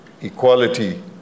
equality